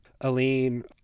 Aline